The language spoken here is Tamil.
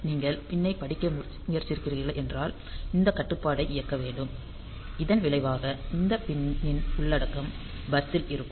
நீங்கள் பின் னைப் படிக்க முயற்சிக்கிறீர்கள் என்றால் இந்த கட்டுப்பாட்டை இயக்க வேண்டும் இதன் விளைவாக இந்த பின் னின் உள்ளடக்கம் பஸ்ஸில் இருக்கும்